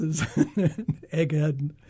egghead